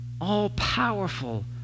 all-powerful